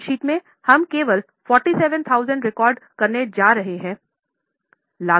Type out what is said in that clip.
balance sheet में हम केवल 47000 रिकॉर्ड करने जा रहे हैं